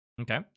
Okay